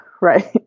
Right